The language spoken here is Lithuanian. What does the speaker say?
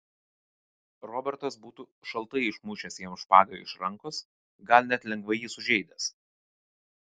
robertas būtų šaltai išmušęs jam špagą iš rankos gal net lengvai jį sužeidęs